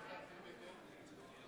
לנסות להקדים את אלקין.